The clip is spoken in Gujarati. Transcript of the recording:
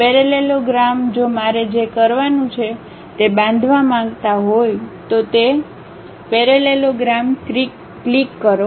પેરેલલોગ્રામ જો મારે જે કરવાનું છે તે બાંધવા માંગતા હોય તો તે પેરેલલોગ્રામ ક્લિક કરો